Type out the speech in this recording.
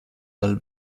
dal